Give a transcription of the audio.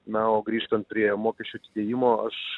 na o grįžtant prie mokesčių atidėjimo aš